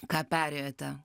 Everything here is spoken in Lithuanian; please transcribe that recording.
ką perėjote